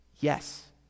Yes